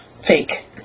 fake